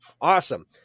Awesome